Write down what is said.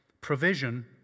provision